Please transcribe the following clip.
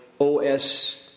OS